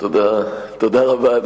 תודה רבה.